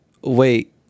wait